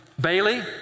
Bailey